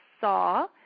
saw